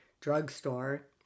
drugstore